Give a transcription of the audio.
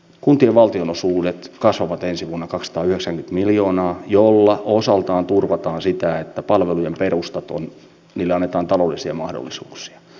kuntien valtionosuudet kasvavat ensin munakasta yksi miljoonaa meidän täytyy priorisoida sitä että palvelujen perusta on jyllännytan tavallisia mahdollisuuksia